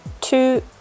two